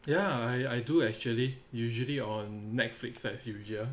ya I I do actually usually on netflix that future